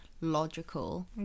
logical